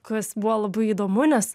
kuris buvo labai įdomu nes